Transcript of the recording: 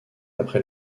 après